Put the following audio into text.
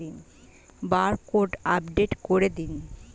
Barcode update করে দিন?